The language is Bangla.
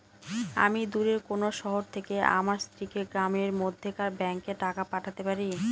আমি দূরের কোনো শহর থেকে আমার স্ত্রীকে গ্রামের মধ্যেকার ব্যাংকে টাকা পাঠাতে পারি?